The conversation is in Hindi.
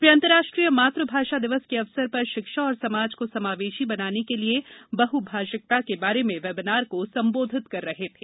वे अंतर्राष्ट्रीय मातु भाषा दिवस के अवसर पर शिक्षा और समाज को समावेषी बनाने के लिए बहभाषिकता के बारे में वेबिनार को संबोधित कर रहे थे